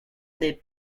des